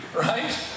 Right